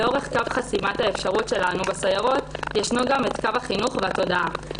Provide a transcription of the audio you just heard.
לאורך קו חסימת האפשרות שלנו בסיירות ישנו גם קו החינוך והתודעה,